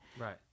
Right